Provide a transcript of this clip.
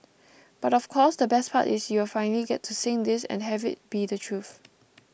but of course the best part is you'll finally get to sing this and have it be the truth